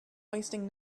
wasted